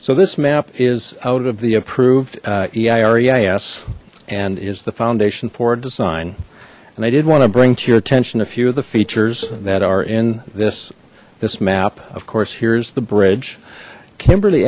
so this map is out of the approved er eis and is the foundation for design and i did want to bring to your attention a few of the features that are in this this map of course here's the bridge kimberl